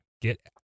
Get